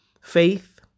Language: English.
faith